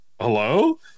hello